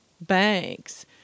banks